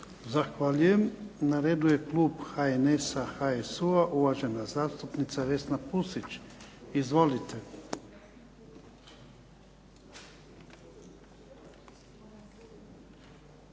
Zahvaljujem. Na redu je Klub HNS-a i HSU-a uvažena zastupnica Vesna Pusić. Izvolite.